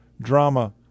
drama